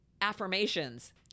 affirmations